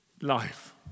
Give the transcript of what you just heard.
life